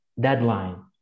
deadline